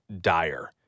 dire